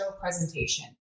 presentation